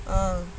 um